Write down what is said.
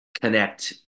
connect